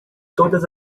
todas